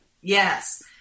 Yes